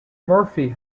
murphy